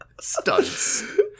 Stunts